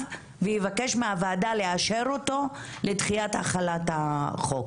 ויבקש מהוועדה לאשר אותו לדחיית החלת החוק.